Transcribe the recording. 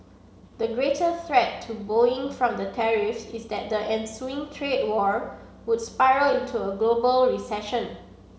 the greater threat to Boeing from the tariffs is that the ensuing trade war would spiral into a global recession